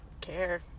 care